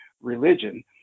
religion